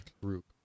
group